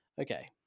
Okay